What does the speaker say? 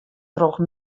troch